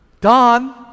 Don